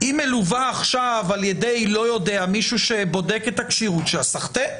היא מלווה עכשיו על ידי מישהו שבודק את הכשירות שלה אז סחתן,